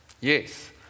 Yes